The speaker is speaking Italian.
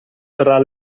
tra